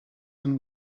and